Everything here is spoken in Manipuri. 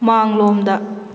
ꯃꯥꯡꯂꯣꯝꯗ